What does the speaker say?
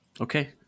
Okay